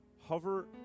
hover